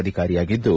ಅಧಿಕಾರಿಯಾಗಿದ್ದು